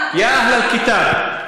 לא, אנחנו רוצים לשמוע אותך.